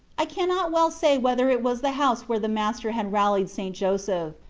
i cannot well say whether it was the house where the master had rallied st. joseph.